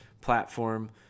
platform